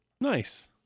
Nice